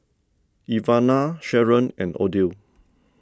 Ivana Sheron and Odell